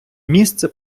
місце